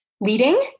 leading